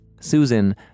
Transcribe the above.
Susan